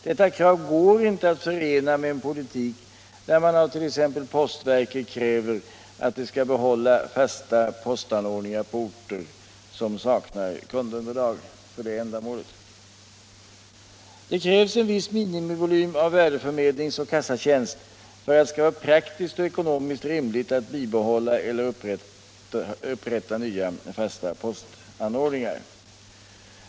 Detta krav går inte att förena med kravet på t.ex. postverket att bibehålla fasta postanordningar på orter som saknar kundunderlag för det. Det krävs en viss minimivolym av värdeförmedlingsoch kassatjänst för att det skall vara praktiskt möjligt och ekonomiskt rimligt att bibehålla eller upprätta nya fasta postanordningar.